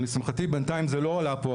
לשמחתי בנתיים זה לא עלה פה,